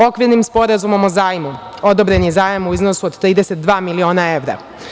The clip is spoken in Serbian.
Okvirnim sporazumom o zajmu odobren je zajam u iznosu od 32 miliona evra.